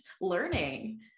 learning